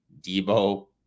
Debo